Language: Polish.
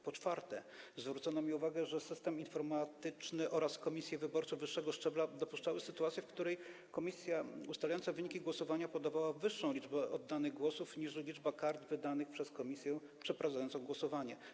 Po czwarte, zwrócono mi uwagę, że system informatyczny oraz komisje wyborcze wyższego szczebla dopuszczały sytuację, w której komisja ustalająca wyniki głosowania podawała wyższą liczbę oddanych głosów niż liczba kart wydanych przez komisję przeprowadzającą głosowanie.